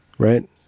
Right